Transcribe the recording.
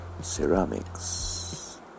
ceramics